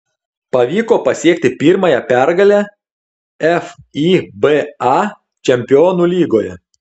pavyko pasiekti pirmąją pergalę fiba čempionų lygoje